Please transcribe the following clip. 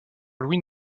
louis